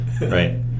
right